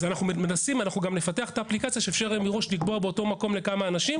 אנחנו נפתח אפליקציה שתאפשר להם מראש לקבוע באותו מקום לכמה אנשים.